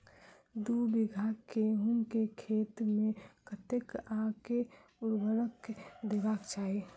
दु बीघा गहूम केँ खेत मे कतेक आ केँ उर्वरक देबाक चाहि?